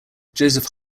joseph